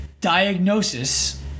diagnosis